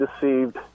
deceived